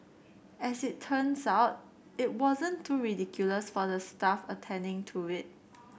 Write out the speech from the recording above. as it turns out it wasn't too ridiculous for the staff attending to it